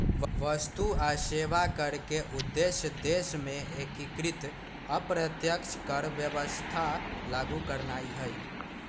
वस्तु आऽ सेवा कर के उद्देश्य देश में एकीकृत अप्रत्यक्ष कर व्यवस्था लागू करनाइ हइ